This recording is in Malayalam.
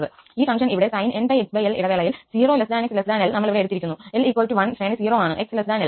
ഈ ഫങ്ക്ഷന് ഇവിടെ sinnπxl ഇടവേളയിൽ 0 𝑥 𝑙 നമ്മൾ ഇവിടെ എടുത്തിരിക്കുന്നു 𝑙 1 ശ്രേണി 0 ആണ് 𝑥 𝑙